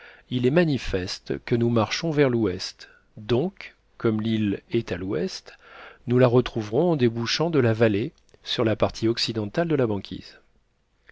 il est manifeste que nous marchons vers l'ouest donc comme l'île est à l'ouest nous la retrouverons en débouchant de la vallée sur la partie occidentale de la banquise